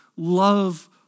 love